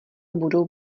budou